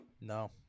No